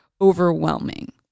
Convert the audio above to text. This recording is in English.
overwhelming